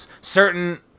certain